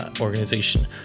organization